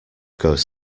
goes